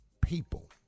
people